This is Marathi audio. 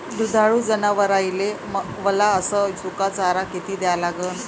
दुधाळू जनावराइले वला अस सुका चारा किती द्या लागन?